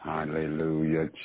Hallelujah